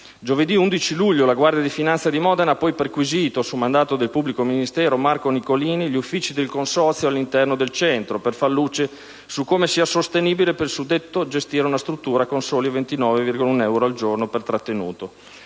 Giovedì 11 luglio la Guardia di finanza di Modena ha poi perquisito, su mandato del pubblico ministero Marco Niccolini, gli uffici del consorzio all'interno del centro, per far luce su come sia sostenibile per il suddetto gestire una struttura con soli 29,1 euro al giorno per trattenuto.